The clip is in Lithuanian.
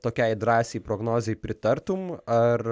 tokiai drąsiai prognozei pritartum ar